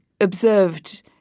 observed